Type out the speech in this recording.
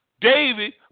David